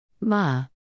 Ma